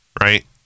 right